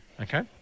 Okay